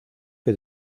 que